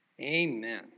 Amen